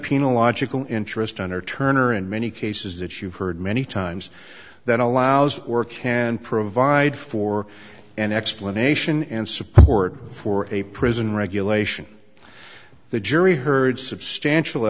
piano logical interest under turner in many cases that you've heard many times that allows or can provide for an explanation and support for a prison regulation the jury heard substantial